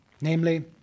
Namely